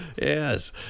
Yes